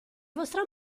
vostra